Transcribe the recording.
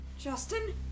Justin